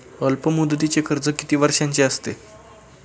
अल्पमुदतीचे कर्ज किती वर्षांचे असते?